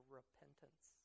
repentance